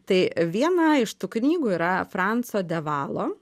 tai viena iš tų knygų yra franco de valo